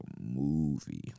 movie